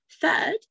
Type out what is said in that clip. Third